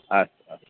अस्तु